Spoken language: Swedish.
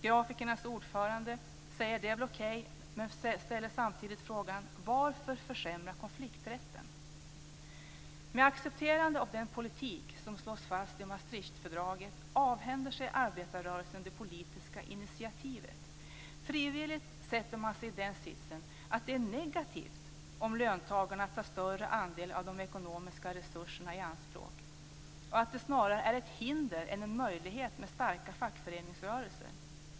Grafikernas ordförande säger att det väl är okej, men ställer samtidigt frågan: Varför försämra konflikträtten? Med ett accepterande av den politik som slås fast i Maastrichtfördraget avhänder sig arbetarrörelsen det politiska initiativet. Frivilligt sätter man sig i den sitsen att det är negativt om löntagarna tar större andel av de ekonomiska resurserna i anspråk och att det snarare är ett hinder än en möjlighet med starka fackföreningsrörelser.